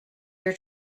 your